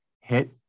hit